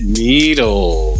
needle